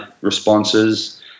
responses